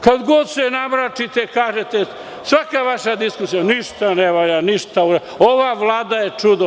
Kad god se namračite, kažete – svaka vaša diskusija ništa ne valja, ova vlada je čudo.